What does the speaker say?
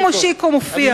שוב מושיקו מופיע.